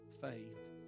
faith